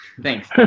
Thanks